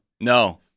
No